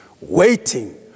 waiting